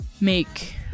make